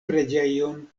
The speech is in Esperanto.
preĝejon